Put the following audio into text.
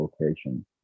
location